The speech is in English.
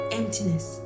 emptiness